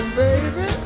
baby